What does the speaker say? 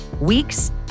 weeks